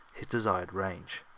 his desired range.